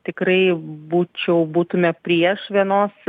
tikrai būčiau būtume prieš vienos